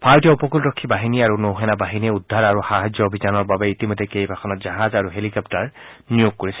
ভাৰতীয় উপকূলৰক্ষী বাহিনী আৰু নৌসেনা বাহিনীয়ে উদ্ধাৰ আৰু সাহায্য অভিযানৰ বাবে ইতিমধ্যে কেইবাখনো জাহাজ আৰু হেলিকপ্টাৰ নিয়োগ কৰিছে